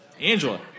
Angela